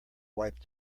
wipe